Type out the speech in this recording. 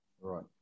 Right